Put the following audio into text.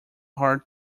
hard